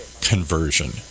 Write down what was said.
conversion